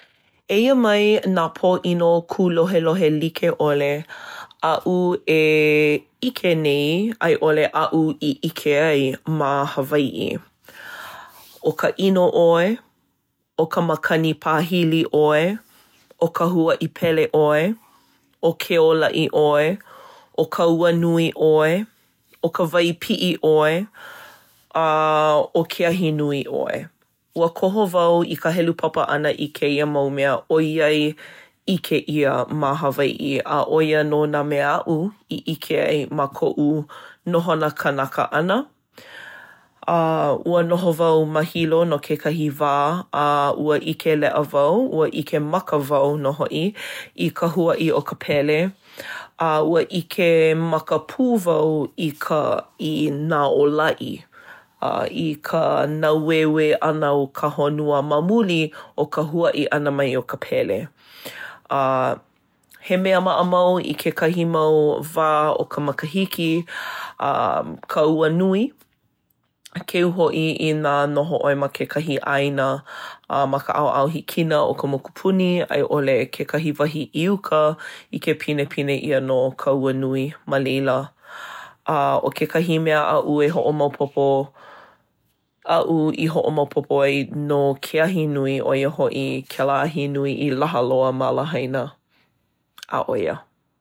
Eia mai nā pōʻino kūlohelohe like ʻole aʻu e ʻike nei, a i ʻole, aʻu i ʻike ai ma Hawaiʻi. ʻO ka ʻino ʻoe. ʻO ka makani pāhili ʻoe. ʻO ka huaʻi pele ʻoe. ʻO ke ōlaʻi ʻoe. ʻO ka ua nui ʻoe. ʻO ka wai piʻi ʻoe. A ʻo ke ahi nui ʻoe. Ua koho wau i ka helu papa ʻana i kēia mau mea ʻoiai ʻike ʻia ma Hawaiʻi. A ʻo ia nō nā mea aʻu i ʻike ai ma koʻu nohona kanaka ʻana. A ua noho wau ma Hilo no kekahi wā, a ua ʻike leʻa wau, ua ʻike maka wau nō hoʻi i ka huaʻi o ka pele, a ua ʻikemaka pū wau i ke ōlaʻi, ka nāueue ʻana o ka Honua ma muli o ka huaʻi ʻana mai i ka pele. A he mea maʻamau i kekahi mau wā o ka makahiki… A…ka ua nui. Keu hoʻi inā noho ʻoe ma kekahi ʻāina ma ka ʻaoʻao hikina o ka mokupuni, a i ʻole, kekahi wahi i uka, ʻike pinepine ʻia nō ka ua nui ma laila. A ʻo kekahi mea aʻu e hoʻomaopopo…aʻu i hoʻomaopopo ai no ke ahi nui, ʻo ia hoʻi kēlā ahi nui i laha loa ma Lahaina. ʻĀ ʻo ia.